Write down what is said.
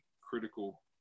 critical